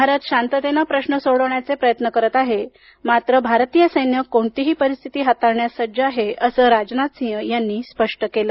भारत शांततेनं प्रश्न सोडवण्याचे प्रयत्न करत आहे मात्र भारतीय सैन्य कोणतीही परिस्थिती हाताळण्यास सज्ज आहे असं राजनाथ सिंह यांनी स्पष्ट केलं